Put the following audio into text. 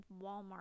Walmart